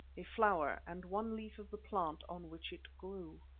a flower and one leaf of the plant on which it grew.